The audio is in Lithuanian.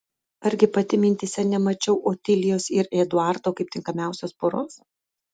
argi pati mintyse nemačiau otilijos ir eduardo kaip tinkamiausios poros